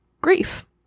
Grief